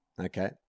Okay